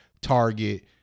Target